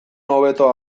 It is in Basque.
hobeto